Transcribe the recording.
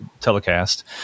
telecast